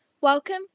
Welcome